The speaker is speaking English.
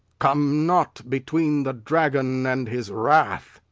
come not between the dragon and his wrath.